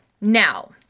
Now